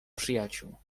przyjaciół